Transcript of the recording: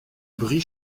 brie